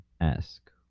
ask